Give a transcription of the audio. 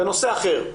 בנושא אחר.